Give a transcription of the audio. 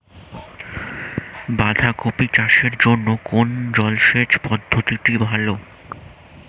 বাঁধাকপি চাষের জন্য কোন জলসেচ পদ্ধতিটি ভালো?